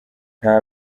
nta